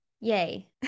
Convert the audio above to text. Yay